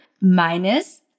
minus